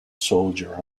soldier